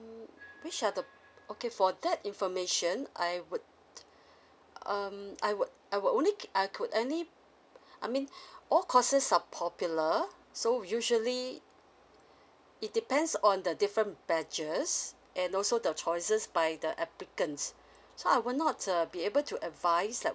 which are the okay for that information I would um I would I will only I could any I mean all courses are popular so usually it depends on the different badges and also the choices by the applicants so I will not err be able to advise